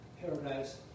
paradise